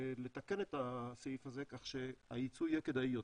לתקן את הסעיף הזה כך שהיצוא יהיה כדאי יותר.